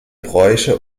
bräuche